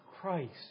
Christ